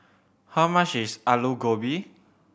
how much is Alu Gobi